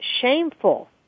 shameful